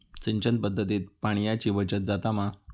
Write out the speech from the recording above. सिंचन पध्दतीत पाणयाची बचत जाता मा?